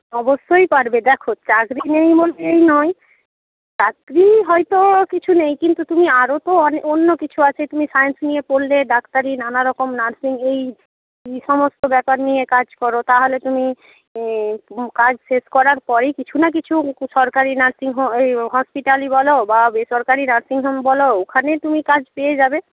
অবশ্যই পারবে দেখো চাকরি নেই বলেই নয় চাকরি হয়তো কিছু নেই কিন্তু তুমি আরও তো অন্য কিছু আছে তুমি সায়েন্স নিয়ে পড়লে ডাক্তারি নানা রকম নার্সিং এই এই সমস্ত ব্যাপার নিয়ে কাজ করো তাহলে তুমি কাজ শেষ করার পরেই কিছু না কিছু সরকারি নার্সিং হোম এই হসপিটালই বলো বা বেসরকারি নার্সিং হোম বলো ওখানে তুমি কাজ পেয়ে যাবে